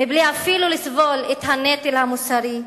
מבלי אפילו לסבול את הנטל המוסרי.